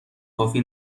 کافی